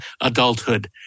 adulthood